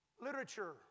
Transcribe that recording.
Literature